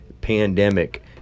pandemic